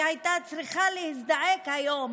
שהייתה צריכה להזדעק היום